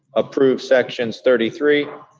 approve sections thirty three,